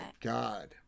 God